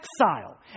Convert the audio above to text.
exile